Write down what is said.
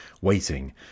waiting